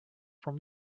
from